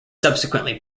subsequently